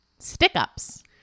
Stick-ups